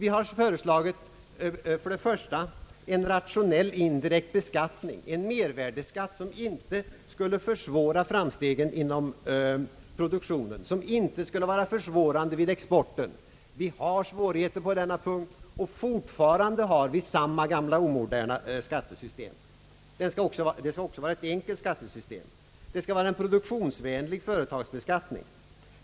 Vi har först och främst föreslagit en rationell indirekt beskattning i form av en mervärdeskatt som inte skulle försvåra framstegen inom produktionen och som inte skulle verka hindrande på exporten. Sverige har svårigheter på denna punkt och har ändå fortfarande kvar samma gamla omoderna skattesystem. Skattesystemet skall också vara enkelt, och företagsbeskattningen skall vara produktionsvänlig.